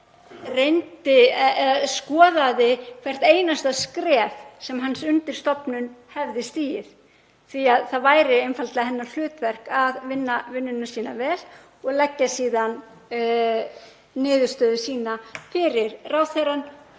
eða að skoða hvert einasta skref sem hans undirstofnun hefði stigið því að það væri einfaldlega hennar hlutverk að vinna vinnuna sína vel og leggja síðan niðurstöðu sína fyrir ráðherrann